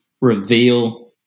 reveal